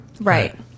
Right